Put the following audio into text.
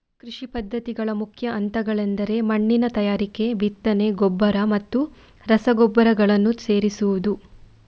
ಕೃಷಿ ಪದ್ಧತಿಗಳ ಮುಖ್ಯ ಹಂತಗಳೆಂದರೆ ಮಣ್ಣಿನ ತಯಾರಿಕೆ, ಬಿತ್ತನೆ, ಗೊಬ್ಬರ ಮತ್ತು ರಸಗೊಬ್ಬರಗಳನ್ನು ಸೇರಿಸುವುದು